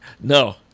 No